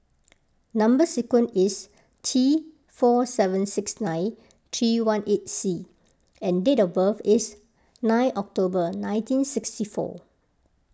Number Sequence is T four seven six nine three one eight C and date of birth is nine October nineteen sixty four